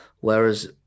Whereas